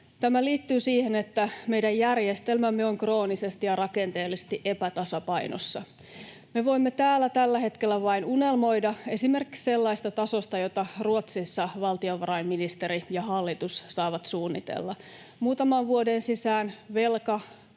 Tämä liittyy siihen, että meidän järjestelmämme on kroonisesti ja rakenteellisesti epätasapainossa. Me voimme täällä tällä hetkellä vain unelmoida esimerkiksi sellaisesta tasosta, jota Ruotsissa valtiovarainministeri ja hallitus saavat suunnitella: muutaman vuoden sisään velka-aste